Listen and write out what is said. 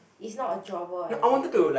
it's not a drawer or anything